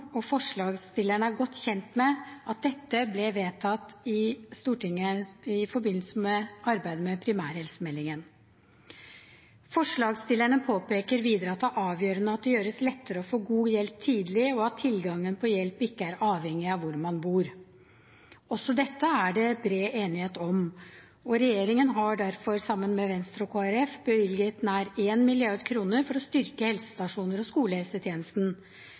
og forslagsstillerne er godt kjent med at dette ble vedtatt i Stortinget i forbindelse med primærhelsemeldingen. Forslagsstillerne påpeker videre at det er avgjørende at det gjøres lettere å få god hjelp tidlig, og at tilgangen på hjelp ikke er avhengig av hvor man bor. Også dette er det bred enighet om, og regjeringen har derfor, sammen med Venstre og Kristelig Folkeparti, bevilget nær 1 mrd. kr for å styrke helsestasjoner og skolehelsetjenesten,